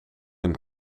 een